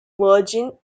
virgin